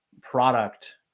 product